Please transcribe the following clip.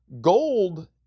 Gold